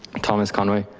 thomas conway.